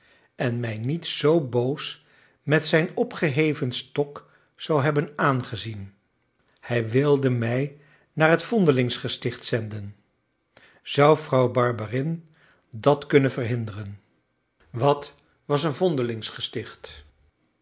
en mij niet zoo boos met zijn opgeheven stok zou hebben aangezien hij wilde mij naar het vondelingsgesticht zenden zou vrouw barberin dat kunnen verhinderen wat was een